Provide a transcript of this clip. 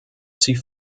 sie